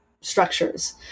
structures